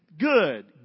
Good